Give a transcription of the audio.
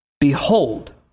Behold